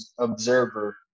observer